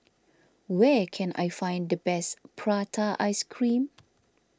where can I find the best Prata Ice Cream